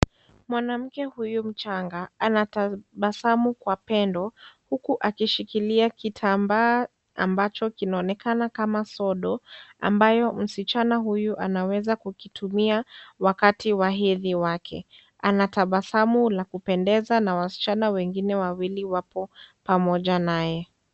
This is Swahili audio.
Mwanamke huyu mchanga anatabasamu kwa pendo, huku akishikilia kitamba ambacho kinone kala kama sodo, ambayo msichana huyu anaweza kukitumia wakati wa hedhi wake, anatabasamu la kupendeza na wasichana wengine wawili wapo pamoja naye.